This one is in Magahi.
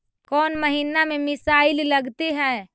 कौन महीना में मिसाइल लगते हैं?